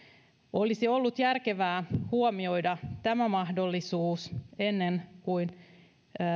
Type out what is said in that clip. olisi ollut järkevää huomioida tämä mahdollisuus ennen kuin